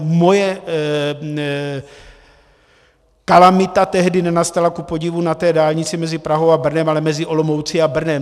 Moje kalamita tehdy nenastala kupodivu na dálnici mezi Prahou a Brnem, ale mezi Olomoucí a Brnem.